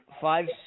five